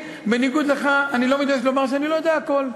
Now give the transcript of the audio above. בניגוד לך, אני לא מתבייש לומר שאני לא יודע הכול.